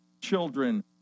children